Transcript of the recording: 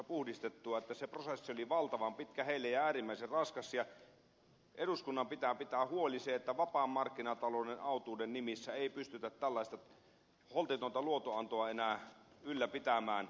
se prosessi oli heille valtavan pitkä ja äärimmäisen raskas ja eduskunnan pitää pitää huoli siitä että vapaan markkinatalouden autuuden nimissä ei pystytä tällaista holtitonta luotonantoa enää ylläpitämään